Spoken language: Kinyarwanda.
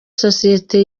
sosiyete